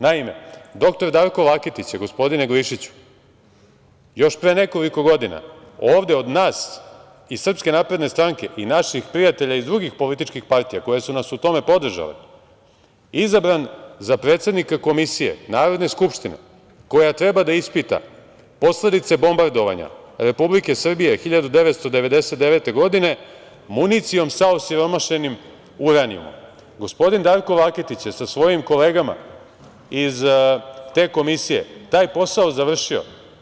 Naime, doktor Darko Laketić je, gospodine Glišiću, još pre nekoliko godina ovde od nas iz Srpske napredne stranke i naših prijatelja iz drugih političkih partija, koje su nas u tome podržale, izabran za predsednika Komisije Narodne skupštine koja treba da ispita posledice bombardovanja Republike Srbije 1999. godine, municijom sa osiromašenim uranijumom, Gospodin Darko Laketić je sa svojim kolegama iz te Komisije taj posao završio.